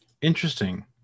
Interesting